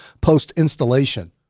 Post-installation